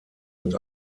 mit